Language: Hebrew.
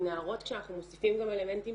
אצל נערות כשאנחנו מוסיפים גם אלמנטים